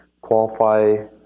Qualify